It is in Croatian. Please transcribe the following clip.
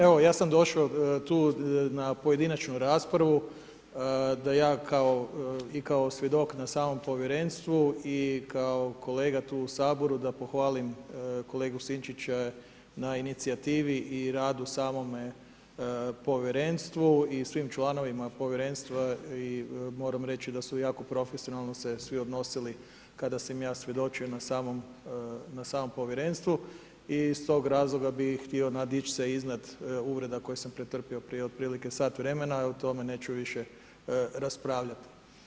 Evo ja sam došao tu na pojedinačnu raspravu da ja i kao svjedok na samom povjerenstvu i kao kolega tu u Saboru da pohvalim kolegu Sinčića na inicijativi i radu samome povjerenstvu i svim članovima povjerenstva i moram reći da su jako profesionalno se svi odnosili kada sam ja svjedočio na samom povjerenstvu i iz tog razloga bih htio nadić se iznad uvreda koje sam pretrpio prije otprilike sat vremena i o tome neću više raspravljat.